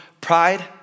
pride